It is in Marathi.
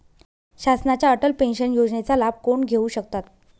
शासनाच्या अटल पेन्शन योजनेचा लाभ कोण घेऊ शकतात?